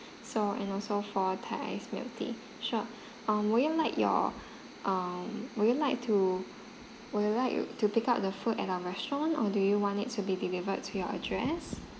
so and also for thai iced milk tea sure um would you like your um would you like to would you like to pick up the food at our restaurant or do you want it to be delivered to your address